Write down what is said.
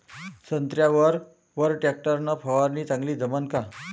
संत्र्यावर वर टॅक्टर न फवारनी चांगली जमन का?